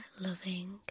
Loving